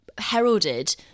heralded